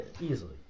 easily